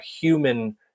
human